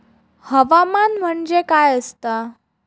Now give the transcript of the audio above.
हवामान म्हणजे काय असता?